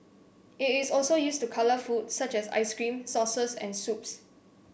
it is also used to colour food such as ice cream sauces and soups